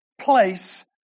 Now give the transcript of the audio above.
place